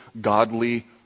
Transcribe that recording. godly